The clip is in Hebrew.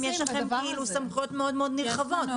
יש לכם סמכויות מאוד נרחבות.